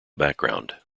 background